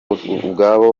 ubwabo